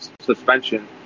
suspension